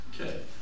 Okay